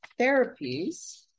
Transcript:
therapies